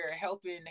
helping